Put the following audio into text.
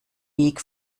weg